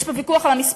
יש פה ויכוח על המספר,